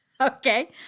Okay